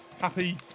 happy